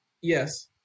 Yes